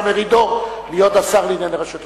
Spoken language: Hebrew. מרידור להיות השר לענייני רשות השידור.